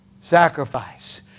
sacrifice